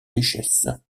richesse